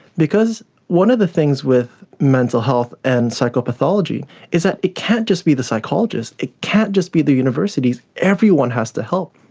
because one of the things with mental health and psychopathology is that it can't just be the psychologist, it can't just be the university, everyone has to help.